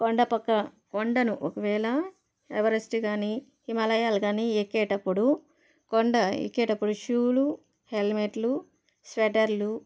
కొండ పక్క కొండను ఒకవేళ ఎవరెస్టు గానీ హిమాలయాలు గానీ ఎక్కేటప్పుడు కొండ ఎక్కేటప్పుడు షూలు హెల్మెట్లు స్వెటర్లు